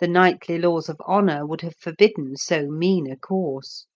the knightly laws of honour would have forbidden so mean a course.